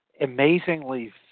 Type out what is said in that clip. amazingly